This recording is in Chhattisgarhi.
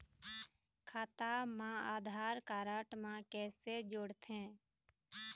खाता मा आधार कारड मा कैसे जोड़थे?